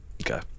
Okay